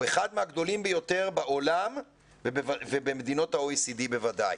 אחד מהגדולים ביותר בעולם ובמדינות ה-OECD בוודאי.